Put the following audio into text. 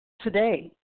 today